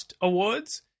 awards